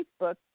Facebook